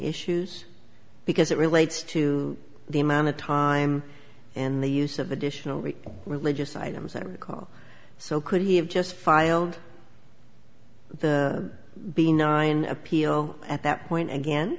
issues because it relates to the amount of time and the use of additional we really just items that recall so could he have just filed the b nine appeal at that point again